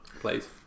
Please